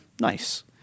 Nice